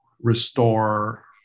restore